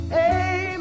amen